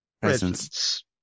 presence